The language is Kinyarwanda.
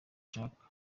ashaka